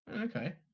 Okay